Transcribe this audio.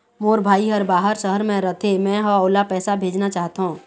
मोर भाई हर बाहर शहर में रथे, मै ह ओला पैसा भेजना चाहथों